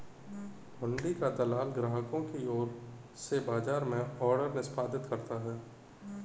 हुंडी का दलाल ग्राहकों की ओर से बाजार में ऑर्डर निष्पादित करता है